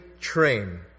train